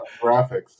graphics